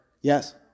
Yes